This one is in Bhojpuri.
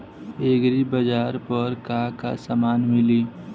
एग्रीबाजार पर का का समान मिली?